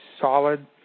solid